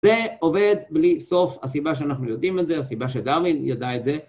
זה עובד בלי סוף. הסיבה שאנחנו יודעים את זה, הסיבה שדרווין ידע את זה